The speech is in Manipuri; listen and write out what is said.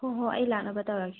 ꯍꯣ ꯍꯣꯏ ꯑꯩ ꯂꯥꯛꯅꯕ ꯇꯧꯔꯒꯦ